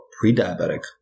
pre-diabetic